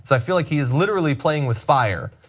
i feel like he's literally playing with fire,